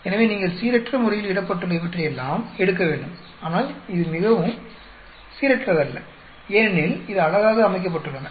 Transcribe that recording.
எனவே நீங்கள் சீரற்றமுறையில் இடப்பட்டுள்ள இவற்றையெல்லாம் எடுக்க வேண்டும் ஆனால் இது மிகவும் சீரற்றதல்ல ஏனெனில் இது அழகாக அமைக்கப்பட்டுள்ளன